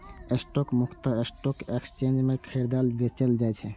stock मुख्यतः stock exchange मे खरीदल, बेचल जाइ छै